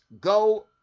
go